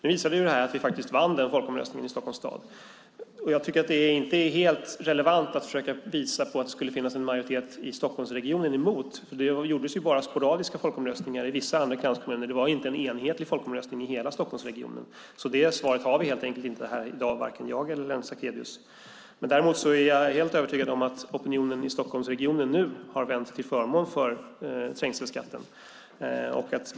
Nu visade det sig att vi vann folkomröstningen i Stockholms stad. Det är inte helt relevant att försöka visa på att det skulle finnas en majoritet i Stockholmsregionen som är emot. Det gjordes bara sporadiska folkomröstningar i vissa kranskommuner. Det var inte en enhetlig folkomröstning i hela Stockholmsregionen. Det svaret har varken jag eller Lennart Sacrédeus i dag. Däremot är jag helt övertygad om att opinionen i Stockholmsregionen nu har vänt till förmån för trängselskatten.